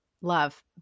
love